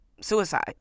suicide